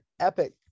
epic